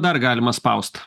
dar galima spaust